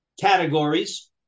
categories